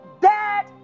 dead